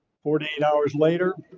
forty-eight hours later,